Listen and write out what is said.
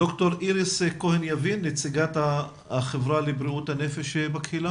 ד"ר איריס כהן יבין נציגת החברה לבריאות הנפש בקהילה.